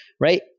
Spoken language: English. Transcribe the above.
right